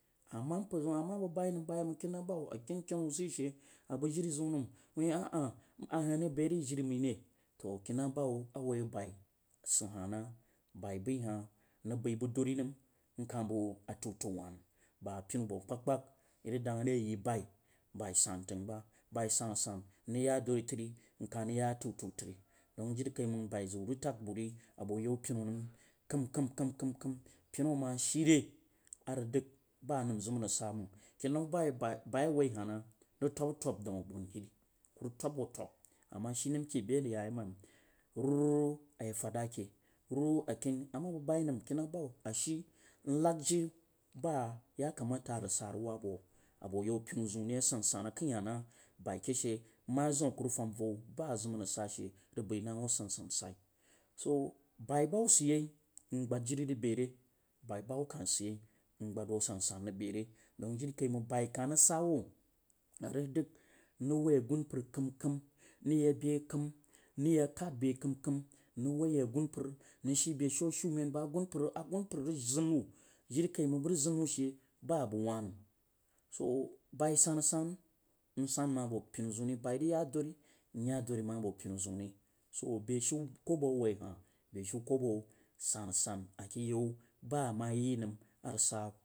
Ama mpar zaun ama bag bai nəm bayimang kinna ba hub aken kenu wu shi she a bag jiri maire taoh kinna buhub a woi bai si hah nal baio bai bag dari nam n kah hai bag a tau tau nə, ba pinuba akpagkpag i bai, bai santang ba bai sansan nrəg ya dori tarin kah rəg ya tautau toni ji ri kai məng bai zagwu rag tag bu ri a boye pinu kam kam, pinu a mashe re a ba dag ba anəm zəm a rag sa mag. Ki nuu bai bai bai a woi hah nah rəg twab twab dan abonuhiri ku rag twas wo twab a mashi nam kebe aros yayei bam vnu a ye fad ra ke ruu a kuni ama bag bai nam kinna ba hub ashi n nag jiriba yakama rag wab wu abo yau pinu zəun ri asansan hah na bui ke she ma zin aku rag nah wu asansa, so baiba hub sid yei mgbaed jiri rag jere bao ba hub kah sod ye n gbad hwo ajansan rag bere dong jiri kaimang ba kah rag sa wu a rag dag woi agumpar kam kam n rag yabe kəm nrag ye kadbe kam na rag ye samupar nrag shibeshin shumen bag asumpar agunpar rag zanwu bag rag zan nu she jiri kaimang ba abəg wah nam, so bai san sansan nitwa abo pinuzauri bai rəg ya dori nya dori manf abo pinu zoun ri jo beshiu kobo a woi hah beshiu kobo sansan ake yau ba ama yi nam arag sa.